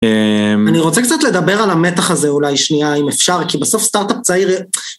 אני רוצה קצת לדבר על המתח הזה אולי שנייה אם אפשר, כי בסוף סטארט-אפ צעיר...